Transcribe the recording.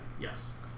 yes